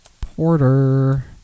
porter